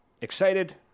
excited